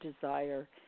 desire